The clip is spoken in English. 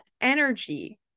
energy